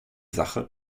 sache